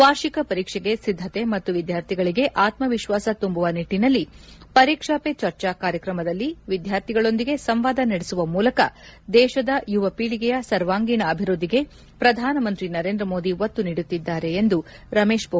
ವಾರ್ಷಿಕ ಪರೀಕ್ಷೆಗೆ ಸಿದ್ಧಕೆ ಮತ್ತು ವಿದ್ಧಾರ್ಥಿಗಳಿಗೆ ಆತ್ಮವಿಶ್ವಾಸ ತುಂಬುವ ನಿಟ್ಟಿನಲ್ಲಿ ಪರೀಕ್ಷಾ ಪೇ ಚರ್ಚಾ ಕಾರ್ಯಕ್ರಮದಲ್ಲಿ ವಿದ್ಯಾರ್ಥಿಗಳೊಂದಿಗೆ ಸಂವಾದ ನಡೆಸುವ ಮೂಲಕ ದೇಶದ ಯುವ ಪೀಳಿಗೆಯ ಸರ್ವಾಂಗೀಣ ಅಭಿವ್ಬದ್ದಿಗೆ ಪ್ರಧಾನಮಂತ್ರಿ ನರೇಂದ್ರ ಮೋದಿ ಒತ್ತು ನೀಡುತ್ತಿದ್ದಾರೆ ಎಂದರು